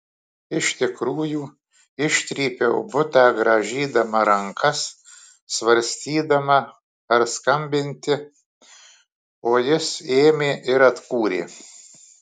iš tikrųjų ištrypiau butą grąžydama rankas svarstydama ar skambinti o jis ėmė ir atkūrė